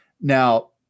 Now